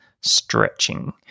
stretching